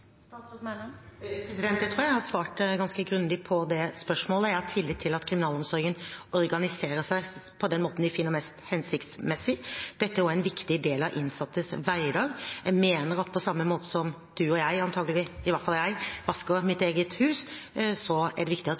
Jeg tror jeg har svart ganske grundig på det spørsmålet. Jeg har tillit til at kriminalomsorgen organiserer seg på den måten de finner mest hensiktsmessig. Dette er også en viktig del av innsattes hverdag. Jeg mener at på samme måte som du og jeg antakelig – i hvert fall jeg – vasker vårt eget hus, er det viktig at